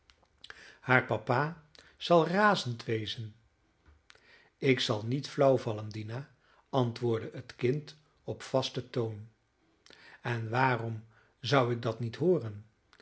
haar papa zal razend wezen ik zal niet flauw vallen dina antwoordde het kind op vasten toon en waarom zou ik dat niet hooren